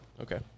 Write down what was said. Okay